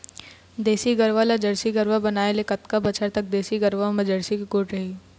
देसी गरवा ला जरसी गरवा बनाए ले कतका बछर तक देसी गरवा मा जरसी के गुण रही?